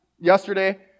yesterday